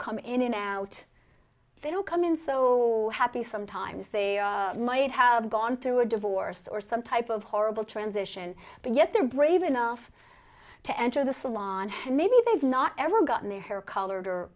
come in and out they don't come in so happy sometimes they might have gone through a divorce or some type of horrible transition but yet they're brave enough to enter the salon maybe they've not ever gotten their hair color